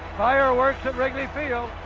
fireworks at wrigley field.